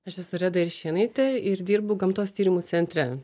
aš esu reda iršėnaitė ir dirbu gamtos tyrimų centre